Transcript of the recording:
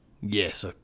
Yes